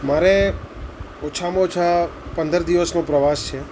મારે ઓછામાં ઓછા પંદર દિવસનો પ્રવાસ છે